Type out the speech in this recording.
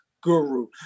guru